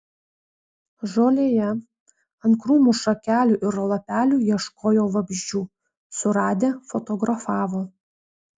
žolėje ant krūmų šakelių ir lapelių ieškojo vabzdžių suradę fotografavo